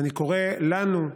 ואני קורא לנו,